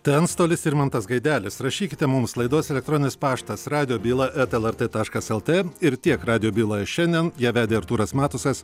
tai antstolis irmantas gaidelis rašykite mums laidos elektroninis paštas radijo byla eta lrt taškas lt ir tiek radijo byloje šiandien ją vedė artūras matusas